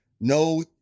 no